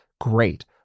great